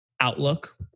Outlook